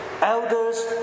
Elders